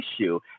issue